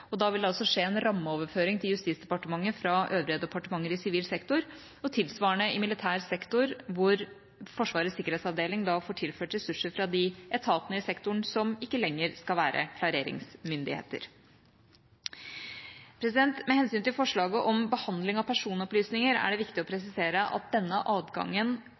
og da vil det altså skje en rammeoverføring til Justisdepartementet fra øvrige departementer i sivil sektor – og tilsvarende i militær sektor, hvor Forsvarets sikkerhetsavdeling får tilført ressurser fra de etatene i sektoren som ikke lenger skal være klareringsmyndigheter. Med hensyn til forslaget om behandling av personopplysninger er det viktig å presisere at denne adgangen